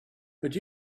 but